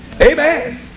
Amen